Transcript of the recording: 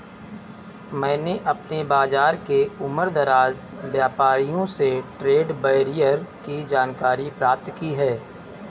मैंने अपने बाज़ार के उमरदराज व्यापारियों से ट्रेड बैरियर की जानकारी प्राप्त की है